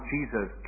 Jesus